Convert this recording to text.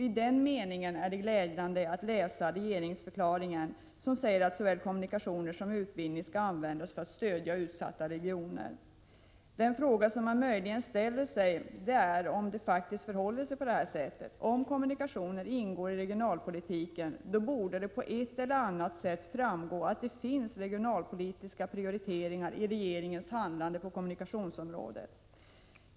I den meningen är det glädjande att läsa regeringsförklaringen, som säger att såväl kommunikationer som utbildning skall användas för att stödja utsatta regioner. Den fråga som man möjligen ställer sig är om det faktiskt förhåller sig på det sättet. Om kommunikationer ingår i regionalpolitiken borde det på ett eller annat sätt framgå av att det finns regionalpolitiska prioriteringar i regeringens handlande på kommunikationsområdet.